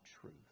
truth